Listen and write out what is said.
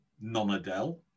non-Adele